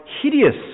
hideous